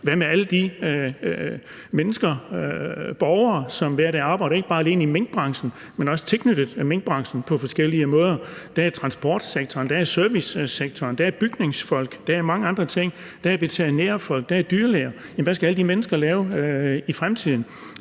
hvad med alle de mennesker, borgere, som hver dag arbejder i minkbranchen og er tilknyttet minkbranchen på forskellige måder? Der er transportsektoren, der er servicesektoren, der er bygningsfolk, der er mange andre områder. Der er veterinærfolk, der er dyrlæger, og hvad skal alle de mennesker lave i fremtiden?